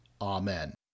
Amen